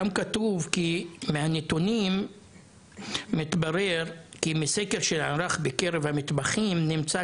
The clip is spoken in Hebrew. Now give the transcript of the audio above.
שם כתוב כי: "מהנתונים מתברר כי מסקר שנערך בקרב המתמחים נמצא